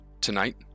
Tonight